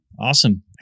Awesome